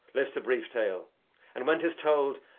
list a brief tale and when tis told,